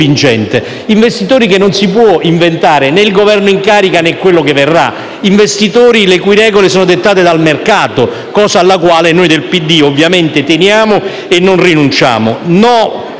Investitori che non si può inventare né il Governo in carica né quello che verrà. Investitori le cui regole sono dettate dal mercato, cosa alla quale noi del Partito Democratico teniamo e non rinunciamo.